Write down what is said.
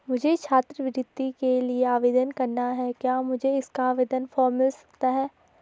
मुझे छात्रवृत्ति के लिए आवेदन करना है क्या मुझे इसका आवेदन फॉर्म मिल सकता है?